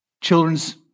children's